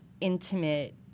intimate